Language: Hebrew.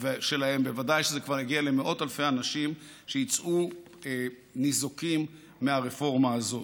ובוודאי זה הגיע כבר למאות אלפי אנשים שיצאו ניזוקים מהרפורמה הזאת.